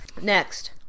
next